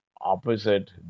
opposite